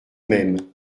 même